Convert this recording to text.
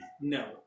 no